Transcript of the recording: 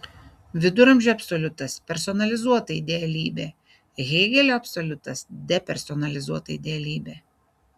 viduramžių absoliutas personalizuota idealybė hėgelio absoliutas depersonalizuota idealybė